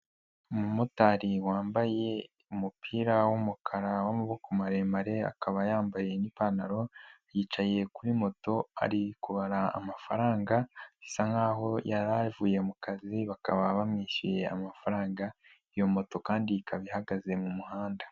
Umumotari wambaye umupira w'umukara w'amaboko maremare akaba yambaye n'ipantaro yicaye kuri moto ari kubara amafaranga, bisa nkaho yari avuye mu kazi bakaba bamwishyuye amafaranga, iyo moto kandi ikaba ihagaze mu muhanda.